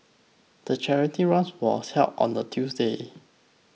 the charity run was held on a Tuesday